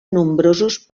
nombrosos